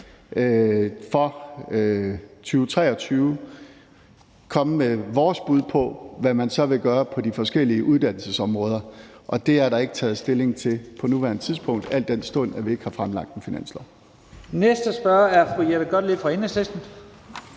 for 2023, komme med vores bud på, hvad vi så vil gøre på de forskellige uddannelsesområder, og det er der ikke taget stilling til på nuværende tidspunkt, al den stund vi ikke har fremlagt et finanslovsforslag. Kl. 10:58 Første næstformand (Leif